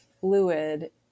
fluid